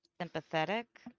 sympathetic